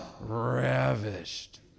ravished